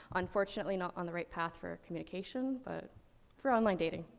unfortunately, not on the right path for communication, but for online dating.